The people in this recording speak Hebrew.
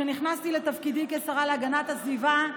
כשנכנסתי לתפקידי כשרה להגנת הסביבה,